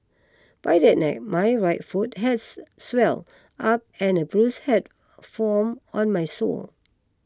by that night my right foot has swelled up and a bruise had formed on my sole